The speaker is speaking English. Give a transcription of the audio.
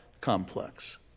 complex